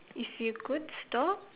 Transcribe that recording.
if you could stop